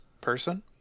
person